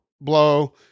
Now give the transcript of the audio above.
blow